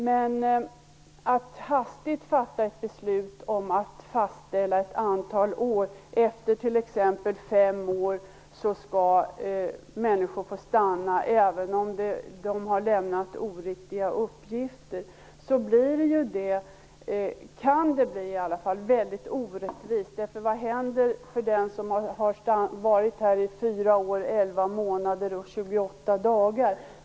Men att hastigt fatta ett beslut om att fastställa ett antal år, t.ex. att människor skall få stanna efter fem år även om de har lämnat oriktiga uppgifter, kan göra att det blir väldigt orättvist. Vad händer med den som har varit här i 4 år, 11 månader och 28 dagar?